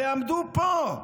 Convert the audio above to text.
הרי הם עמדו פה,